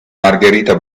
margherita